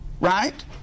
Right